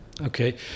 okay